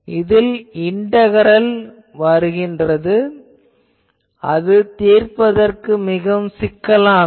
இதில் இன்டேகரல் வரும் அது தீர்ப்பதற்கு சிக்கலானது